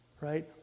Right